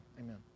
Amen